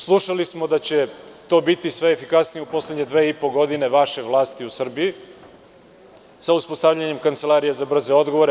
Slušali smo da će to biti sve efikasnije u poslednje dve i po godine vaše vlasti u Srbiji, sa uspostavljanjem Kancelarije za brze odgovore.